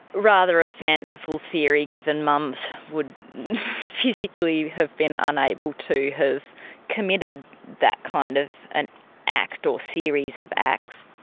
rather a fanciful theory given mum so would physically have been unable to have committed that kind of an act or series of acts.